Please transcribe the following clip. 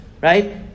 right